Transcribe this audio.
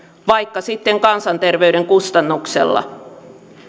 vaikka sitten kansanterveyden kustannuksella